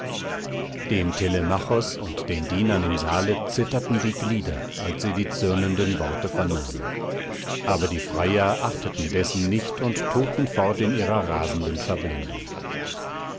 dem telemachos und den dienern im saale zitterten die glieder als sie die zürnenden worte vernahmen aber die freier achteten dessen nicht und tobten fort in ihrer rasenden verblendung